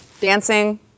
dancing